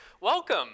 Welcome